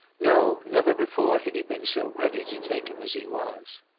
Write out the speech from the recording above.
no, never before had he been so ready to take him as he was.